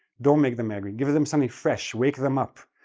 don't make them angry, give them something fresh, wake them up.